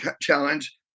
challenge